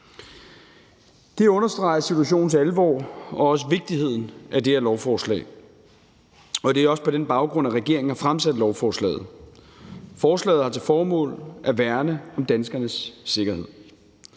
Det understreger situationens alvor og også vigtigheden af det her lovforslag. Det er også på den baggrund, at regeringen har fremsat lovforslaget. Forslaget har til formål at værne om danskernes sikkerhed.